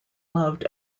loved